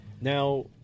Now